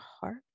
heart